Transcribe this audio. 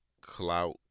clout